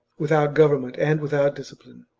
without government and without discipline.